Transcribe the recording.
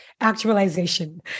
actualization